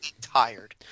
tired